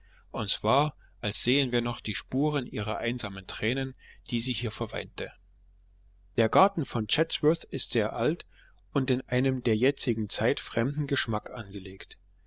uns war als sähen wir noch die spuren der einsamen tränen die sie hier verweinte der garten von chatsworth ist sehr alt und in einem der jetzigen zeit fremden geschmack angelegt